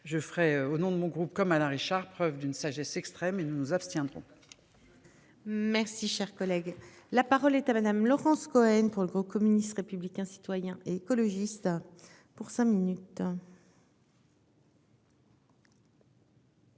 je ferais au nom de mon groupe comme Alain Richard, preuve d'une sagesse extrême et nous nous abstiendrons. Merci, cher collègue, la parole est à madame Laurence Cohen pour le groupe communiste, républicain, citoyen et écologiste. Pour cinq minutes.